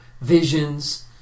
visions